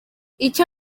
icyo